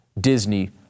Disney